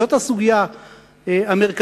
זאת הסוגיה המרכזית,